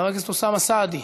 חבר הכנסת אוסאמה סעדי,